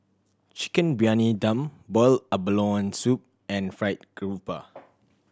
Chicken Briyani Dum boiled abalone soup and Fried Garoupa